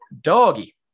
Doggy